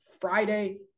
Friday